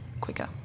quicker